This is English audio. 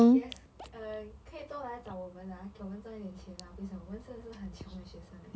yes uh 可以多来找我们啊给我们赚一点钱啊 please ah 我们真的是很穷的学生 leh